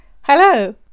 Hello